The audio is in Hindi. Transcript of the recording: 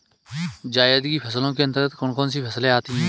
जायद की फसलों के अंतर्गत कौन कौन सी फसलें आती हैं?